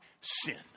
sin